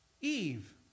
Eve